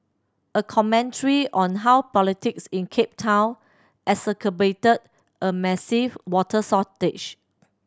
a commentary on how politics in Cape Town exacerbated a massive water shortage